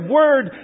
word